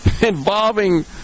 involving